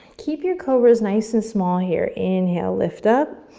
keep your cobras nice and small here. inhale, lift up.